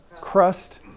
crust